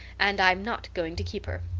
and i'm not going to keep her.